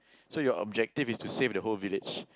so your objective is to save the whole village